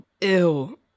ew